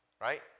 right